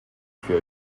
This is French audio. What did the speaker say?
fut